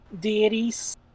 deities